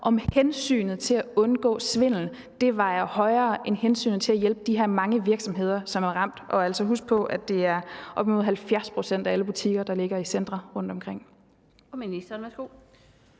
om hensynet til at undgå svindel vejer højere end hensynet til at hjælpe de her mange virksomheder, som er ramt. Og altså: Husk på, at det er op mod 70 pct. af alle de butikker, der ligger i centre rundtomkring.